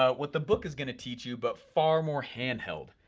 ah what the book is gonna teach you, but far more handheld.